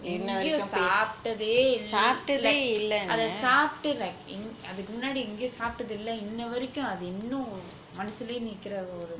எங்கயும் சாப்டதே இல்ல:engayum saptathe illa like அத சாப்டு:atha saptu like அதுக்கு முன்னாடி எங்கயும் சாப்டதில்ல இன்னவரைக்கும் அது இன்னும் மனசுலே நிக்குற ஒரு:athukku munnadi engayum saaptathilla innavaraikum athu innum manasulae nikkara oru